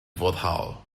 foddhaol